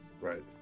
Right